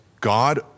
God